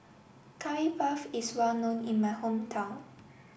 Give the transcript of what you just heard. Curry Puff is well known in my hometown